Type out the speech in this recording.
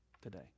today